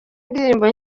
indirimbo